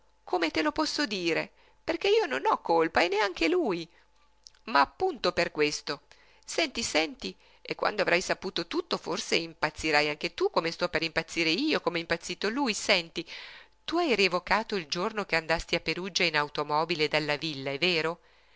come te lo posso dire perché io non ho colpa e neanche lui ma appunto per questo senti senti e quando avrai saputo tutto forse impazzirai anche tu come sto per impazzire io com'è impazzito lui senti tu hai rievocato il giorno che andasti a perugia in automobile dalla villa è vero